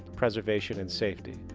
preservation and safety.